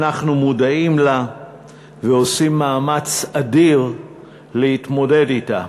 אנחנו מודעים לה ועושים מאמץ אדיר להתמודד אתה.